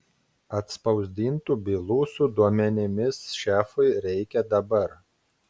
atspausdintų bylų su duomenimis šefui reikia dabar